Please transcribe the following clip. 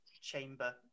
chamber